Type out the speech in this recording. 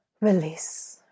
release